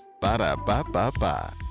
Ba-da-ba-ba-ba